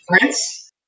Prince